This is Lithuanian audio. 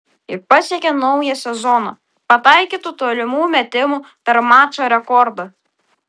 ir pasiekė naują sezono pataikytų tolimų metimų per mačą rekordą